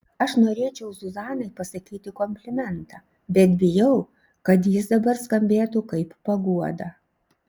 aš norėčiau zuzanai pasakyti komplimentą bet bijau kad jis dabar skambėtų kaip paguoda